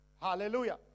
hallelujah